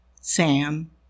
Sam